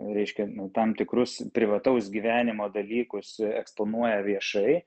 reiškia tam tikrus privataus gyvenimo dalykus eksponuoja viešai